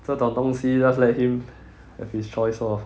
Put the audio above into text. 这种东西 just let him have his choice orh